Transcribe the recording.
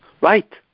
Right